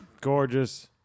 Gorgeous